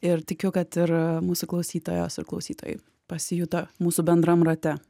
ir tikiu kad ir mūsų klausytojos ir klausytojai pasijuto mūsų bendram rate